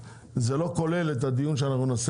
זה ל כולל את הדיון המיוחד שנעשה